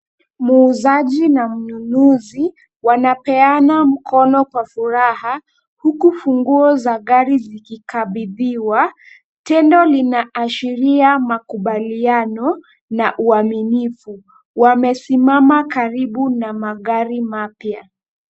Muuzaji na mnunuzi wanapeana mkono kwa furaha huku funguo za gari zikikabidhiwa. Tendo linaashiria makubaliano na uaminifu. Wamesimama karibu na magari mapya.